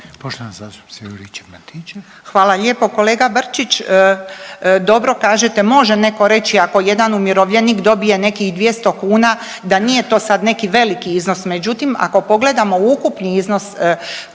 Branka (HDZ)** Hvala lijepo kolega Brčić, dobro kažete može neko reći ako jedan umirovljenik dobije nekih 200 kuna da nije to sad neki veliki iznos, međutim ako pogledamo ukupni iznos